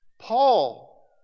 Paul